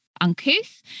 uncouth